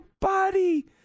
body